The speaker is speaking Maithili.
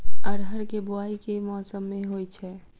अरहर केँ बोवायी केँ मौसम मे होइ छैय?